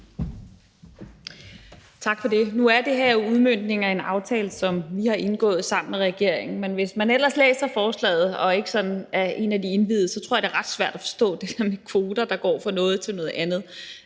Tak for det. Nu er det her jo udmøntningen af en aftale, som vi har indgået sammen med regeringen, men hvis man ellers læser forslaget og ikke er en af de indviede, tror jeg, at det der med kvoter, der går fra noget til noget andet